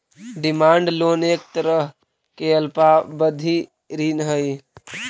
demand loan एक तरह के अल्पावधि ऋण हइ